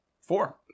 four